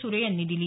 सुरे यांनी दिली